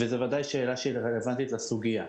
וזו בוודאי שאלה שרלוונטית לסוגיה.